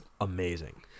Amazing